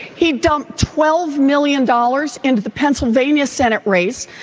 he dumped twelve million dollars into the pennsylvania senate race.